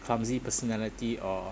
clumsy personality or